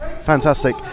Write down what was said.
fantastic